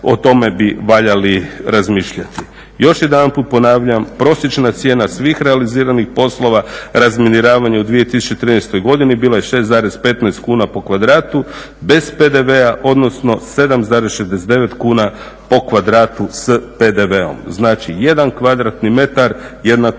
o tome bi valjali razmišljati. Još jedanput ponavljam, prosječna cijena svih realiziranih poslova razminiravanja u 2013. godini bila je 6,15 kuna po kvadratu bez PDV-a, odnosno 7,69 kuna po kvadratu s PDV-om. Znači, jedan kvadratni metar jednako,